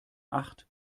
acht